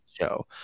show